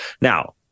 Now